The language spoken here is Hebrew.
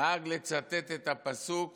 נהג לצטט את הפסוק